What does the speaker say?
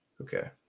okay